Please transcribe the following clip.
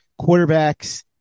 quarterbacks